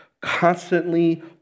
constantly